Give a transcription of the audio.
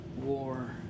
war